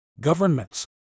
governments